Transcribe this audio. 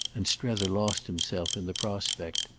and strether lost himself in the prospect.